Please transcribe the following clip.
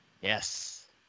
Yes